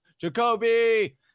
Jacoby